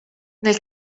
nel